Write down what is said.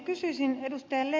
kysyisin ed